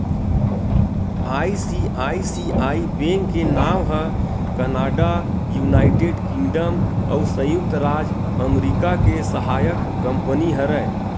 ICICI bank के नांव ह कनाड़ा, युनाइटेड किंगडम अउ संयुक्त राज अमरिका के सहायक कंपनी हरय